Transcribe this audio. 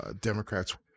Democrats